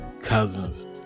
cousins